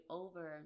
over